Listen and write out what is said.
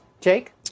Jake